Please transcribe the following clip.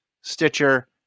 stitcher